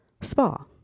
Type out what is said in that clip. spa